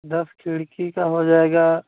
दस खिड़की का हो जाएगा